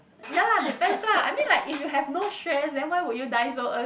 ya lah depends lah I mean like if you have no stress then why would you like die so early